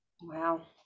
Wow